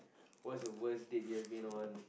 what's the worst date you've been on